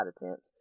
attempts